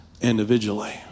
individually